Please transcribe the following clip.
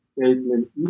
statement